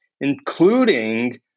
including